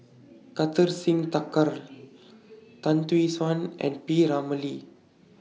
Kartar Singh Thakral Tan Tee Suan and P Ramlee